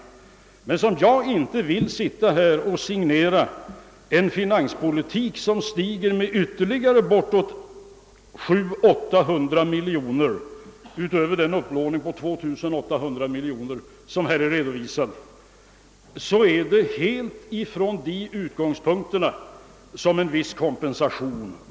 Men eftersom jag inte vill signera en finanspolitik som innebär ett lånebehov av ytterligare 700 å 800 miljoner utöver den upplåning på 2800 miljoner som här är redovisad anser jag det nödvändigt med en viss kompensation.